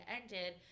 ended